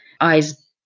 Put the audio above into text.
eyes